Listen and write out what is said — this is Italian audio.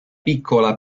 piccola